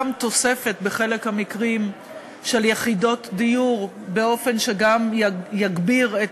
בחלק המקרים גם תוספת של יחידות דיור באופן שגם יגביר את